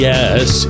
Yes